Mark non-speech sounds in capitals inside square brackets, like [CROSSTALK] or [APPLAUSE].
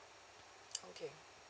[NOISE] okay